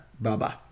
bye-bye